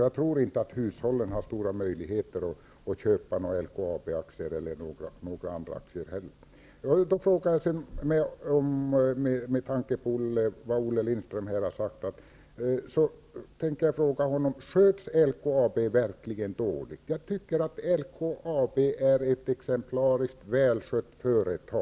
Jag tror inte att hushållen har så stora möjligheter att köpa verkligen dåligt? Jag tycker att LKAB är ett exemplariskt och välskött företag.